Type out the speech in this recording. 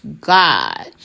God